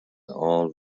all